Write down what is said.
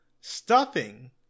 Stuffing